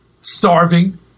starving